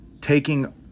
taking